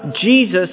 Jesus